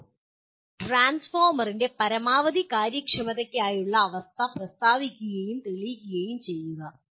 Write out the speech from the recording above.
ഒരു ട്രാൻസ്ഫോർമറിന്റെ പരമാവധി കാര്യക്ഷമതയ്ക്കായുള്ള അവസ്ഥ പ്രസ്താവിക്കുകയും തെളിയിക്കുകയും ചെയ്യുക